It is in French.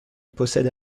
possède